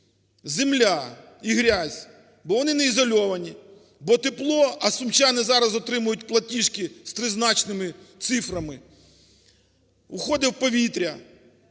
земля і грязь, бо вони неізольовані, бо тепло, а сумчани зараз отримують платіжки з тризначними цифрами, уходить у повітря.